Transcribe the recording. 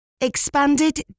expanded